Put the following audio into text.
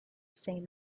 same